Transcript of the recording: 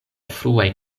fruaj